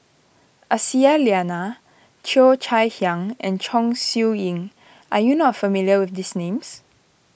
Aisyah Lyana Cheo Chai Hiang and Chong Siew Ying are you not familiar with these names